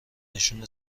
نشون